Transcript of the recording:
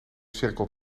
cirkel